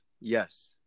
yes